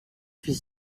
fit